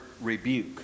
rebuke